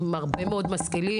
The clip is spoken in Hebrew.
עם הרבה מאוד משכילים.